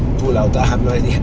pullout, i have no idea.